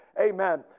Amen